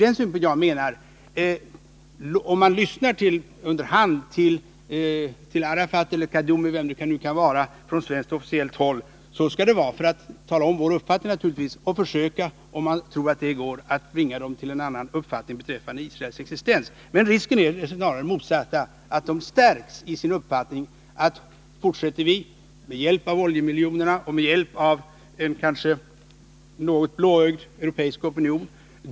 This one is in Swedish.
Lyssnar man under hand till Arafat eller Khadoumi— vem det nu må vara — på svenskt officiellt håll skall det naturligtvis vara för att vi skall kunna redovisa vår uppfattning och försöka, ifall vi tror att det går, att bringa PLO till en annan uppfattning än den man har beträffande Israels existens. Men risken är snarare att PLO stärks i sin uppfattning att man kan fortsätta, med hjälp av oljemiljonerna och med hjälp av en kanske något blåögd europeisk opinion.